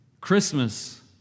Christmas